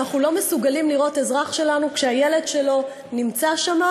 שאנחנו לא מסוגלים לראות אזרח שלנו כשהילד שלו נמצא שם